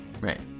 Right